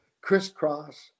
crisscross